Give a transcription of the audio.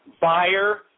buyer